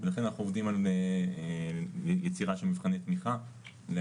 לכן אנחנו עובדים על יצירה של מבחני תמיכה להנגשה.